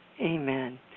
Amen